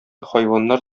хайваннар